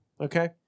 okay